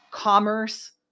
Commerce